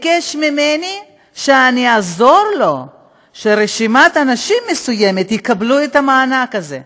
וביקש ממני שאעזור לו שרשימת אנשים מסוימת תקבל את המענק הזה.